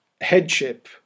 headship